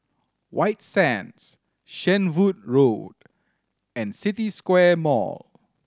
White Sands Shenvood Road and City Square Mall